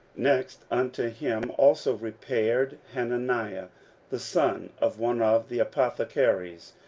next unto him also repaired hananiah the son of one of the apothecaries,